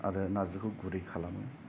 आरो नार्जिखौ गुरै खालामो आरो